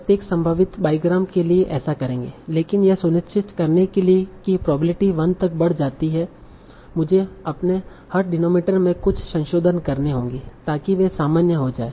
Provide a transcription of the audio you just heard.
प्रत्येक संभावित बाईग्राम के लिए ऐसा करेंगे लेकिन यह सुनिश्चित करने के लिए की प्रोबेबिलिटी 1 तक बढ़ जाती है मुझे अपने हर डिनोमिनेटर में कुछ संशोधन करने होंगे ताकि वे सामान्य हो जाएं